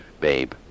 babe